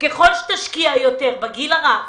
ככל שתשקיע יותר בגיל הרך,